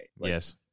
Yes